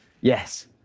Yes